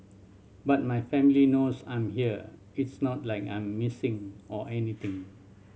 but my family knows I'm here it's not like I'm missing or anything